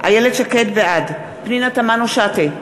בעד פנינה תמנו-שטה,